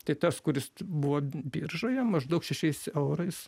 tai tas kuris buvo biržoje maždaug šešiais eurais